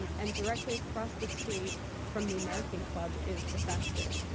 and and directly across the street from the american club is the factory.